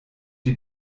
die